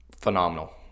Phenomenal